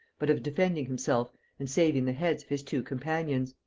but of defending himself and saving the heads of his two companions.